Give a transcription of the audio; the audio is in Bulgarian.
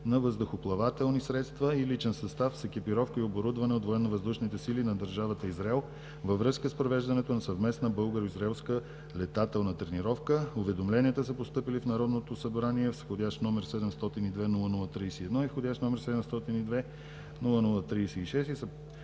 на въздухоплавателни средства и личен състав с екипировка и оборудване от военновъздушните сили на държавата Израел във връзка с провеждането на съвместна българо-израелска летателна тренировка. Уведомленията са постъпили в Народното събрание с вх. № 702-00-31 и вх. № 702-00-36 и са